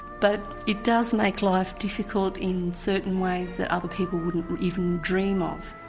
but it does make life difficult in certain ways that other people wouldn't even dream of.